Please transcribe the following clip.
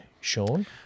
Sean